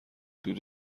دود